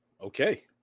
Okay